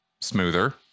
smoother